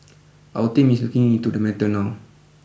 our team is looking into the matter now